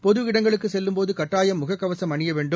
பொதுஇடங்களுக்குசெல்லும் போதுகட்டாயம் முகக்கவசம் அணியவேண்டும்